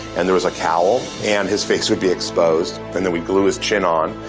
and there was a cowl, and his face would be exposed. and then we'd glue his chin on,